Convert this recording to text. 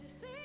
see